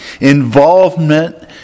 involvement